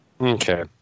Okay